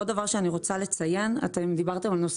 עוד דבר שאני רוצה לציין אתם דיברתם על נושא